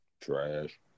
Trash